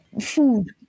food